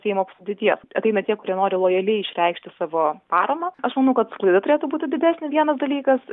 seimo sudėties ateina tie kurie nori lojaliai išreikšti savo paramą aš manau kad sklaida turėtų būti didesnė vienas dalykas